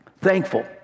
Thankful